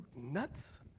nuts